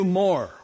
more